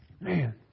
Man